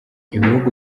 ibihugu